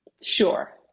Sure